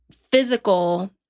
physical